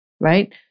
right